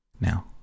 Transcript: Now